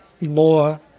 more